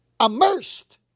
immersed